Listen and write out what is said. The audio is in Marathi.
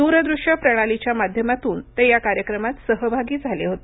दूरदृश्य प्रणालीच्या माध्यमातून ते या कार्यक्रमात सहभागी झाले होते